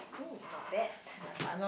um not bad